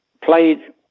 played